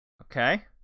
Okay